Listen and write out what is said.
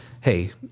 hey